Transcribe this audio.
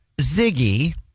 Ziggy